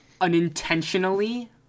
unintentionally